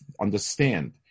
understand